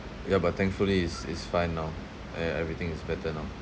ya but thankfully is is fine now ah ya everything is better now